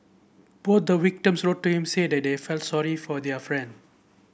both the victims also wrote to him to say that they felt sorry for their friend